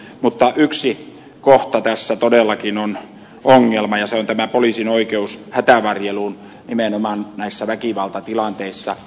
mutta yksi kohta tässä todellakin on ongelma ja se on tämä poliisin oikeus hätävarjeluun nimenomaan näissä väkivaltatilanteissa